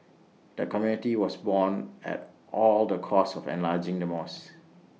the community was borne at all the costs of enlarging the mosque